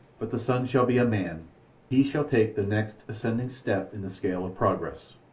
but the son shall be a man he shall take the next ascending step in the scale of progress.